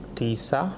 tisa